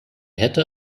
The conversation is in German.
hätte